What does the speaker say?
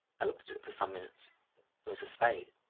i looked at it for some minutes it was a spade.